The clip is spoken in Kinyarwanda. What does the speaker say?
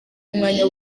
umwanya